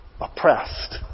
Oppressed